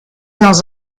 dans